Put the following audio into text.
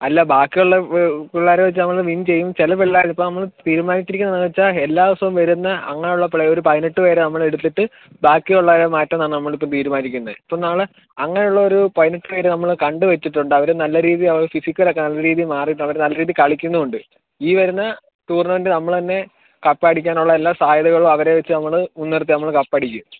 അല്ല ബാക്കി ഉള്ള പിള്ളേരെ വെച്ച് നമ്മൾ വിൻ ചെയ്യും ചില പിള്ളേർ ഇപ്പോൾ നമ്മൾ തീരുമാനിച്ച് ഇരിക്കുന്നത് വെച്ചാൽ എല്ലാ ദിവസവും വരുന്ന അങ്ങനെ ഉള്ള പിള്ളേർ ഒരു പതിനെട്ട് പേരെ നമ്മൾ എടുത്തിട്ട് ബാക്കി ഉള്ളവരെ മാറ്റാമെന്നാണ് നമ്മളിപ്പോൾ തീരുമാനിക്കുന്നേ ഇപ്പോൾ നാളെ അങ്ങനെയുള്ള ഒരു പതിനെട്ട് പേരെ നമ്മൾ കണ്ട് വെച്ചിട്ട് ഉണ്ട് അവർ നല്ല രീതി അവർ ഫിസിക്കൽ ഒക്കെ നല്ല രീതി മാറീട്ട് അവർ നല്ല രീതി കളിക്കുന്നും ഉണ്ട് ഈ വരുന്ന ടൂർണമെൻറ്റ് നമ്മൾതന്നെ കപ്പ് അടിക്കാനുള്ള എല്ലാ സാധ്യതകളും അവരെ വെച്ച് നമ്മൾ മുൻ നിർത്തി നമ്മൾ കപ്പ് അടിക്കും